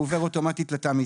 הוא עובר אוטומטית לתא המטען.